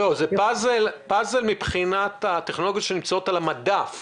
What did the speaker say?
זה פאזל מבחינת הטכנולוגיות שנמצאות על המדף,